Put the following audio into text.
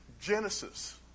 Genesis